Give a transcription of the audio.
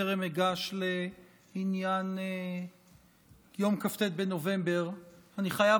בטרם אגש לעניין יום כ"ט בנובמבר אני חייב,